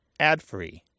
adfree